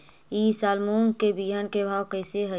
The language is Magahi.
ई साल मूंग के बिहन के भाव कैसे हई?